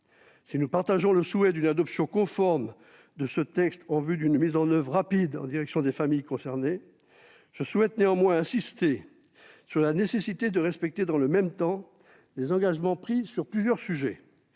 Si nous partageons le souhait d'une adoption conforme de ce texte en vue d'une mise en oeuvre rapide en direction des familles concernées, je souhaite néanmoins insister sur la nécessité de respecter, dans le même temps, les engagements pris sur plusieurs sujets